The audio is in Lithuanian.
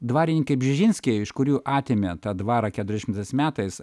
dvarininkai bžižinskiai iš kurių atėmė tą dvarą keturiasdešimtais metais